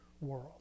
world